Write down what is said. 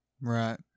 Right